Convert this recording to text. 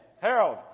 Harold